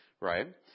right